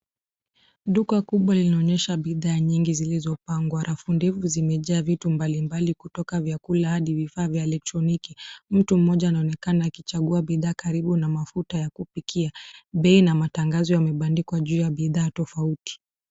Duka kubwa linaonysha bidhaa nyingi zilizopangwa, rafu ndefu zimjaa vitu mbalimbali kutoka vyakula hadi vifaa vya elektroniki. Mtu mmoja anaonekana akichagua bidhaa karibu na mafuta ya kupikia. Bei na matangazo yametandikwa juu ya bidhaa tofauti.